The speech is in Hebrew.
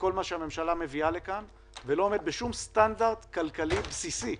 לכל מה שהממשלה מביאה לכאן ולא עומד בשום סטנדרט כלכלי בסיסי,